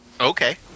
Okay